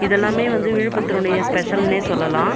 இது எல்லாமே வந்து விழுப்புரத்துனுடைய உள்ள ஸ்பெஷல்னே சொல்லலாம்